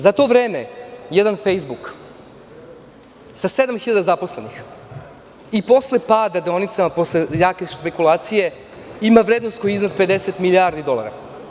Za to vreme, jedan „Fejsbuk“ sa 7.000 zaposlenih i posle pada deonica, posle jakih špekulacija, ima vrednost koja je iznad 50 milijardi dolara.